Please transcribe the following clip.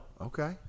Okay